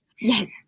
Yes